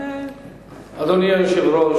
אדוני היושב-ראש,